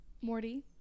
Morty